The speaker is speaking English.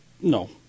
No